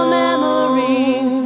memories